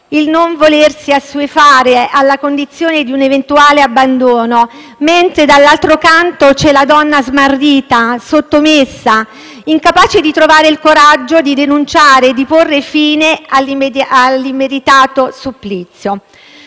dal non volersi assuefare alla condizione di un eventuale abbandono; mentre, dall'altro canto, c'è la donna smarrita, sottomessa, incapace di trovare il coraggio di denunciare e porre fine all'immeritato supplizio.